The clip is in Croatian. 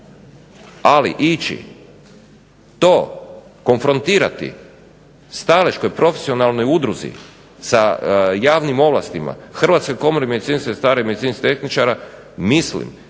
Ali ići to konfrontirati, stalež kao profesionalnoj udruzi sa javnim ovlastima, Hrvatskoj komori medicinskih sestara i medicinskih tehničara mislim